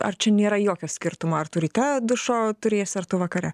ar čia nėra jokio skirtumo ar turi tą dušo turėsi ar tu vakare